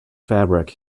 fabric